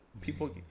people